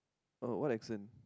oh what accent